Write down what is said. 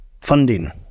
funding